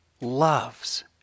loves